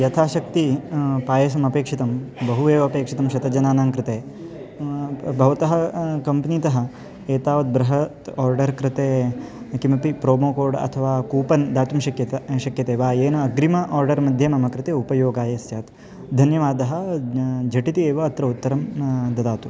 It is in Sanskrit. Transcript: यथाशक्तिः पायसम् अपेक्षितं बहु एव अपेक्षितं शतजनानां कृते प भवतः कम्पनीतः एतावत् बृहत् आर्डर् कृते किमपि प्रोमो कोड् अथवा कूपन् दातुं शक्यते शक्यते वा येन अग्रिमम् आर्डर्मध्ये मम कृते उपयोगाय स्यात् धन्यवादः झटिति एव अत्र उत्तरं ददातु